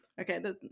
Okay